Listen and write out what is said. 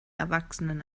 erwachsenen